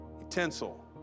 utensil